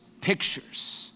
pictures